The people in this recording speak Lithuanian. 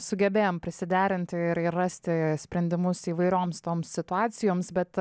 sugebėjom prisiderinti ir ir rasti sprendimus įvairioms toms situacijoms bet